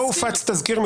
לא הופץ תזכיר מטעם השר.